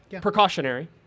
Precautionary